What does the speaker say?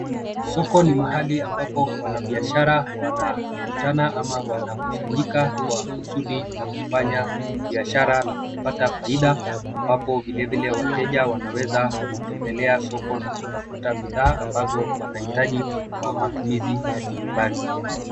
Soko ni mahali ambapo wanabiashara wanakutana ama wanakusanyika kwa kusudi la kufanya biashara na kupata faida ambapo vilevile wateja wanaweza kutembelea soko na kutafuta bidhaa. ambazo wanahitaji kwa matumizi ya nyumbani